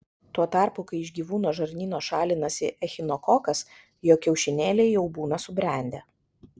tuo tarpu kai iš gyvūno žarnyno šalinasi echinokokas jo kiaušinėliai jau būna subrendę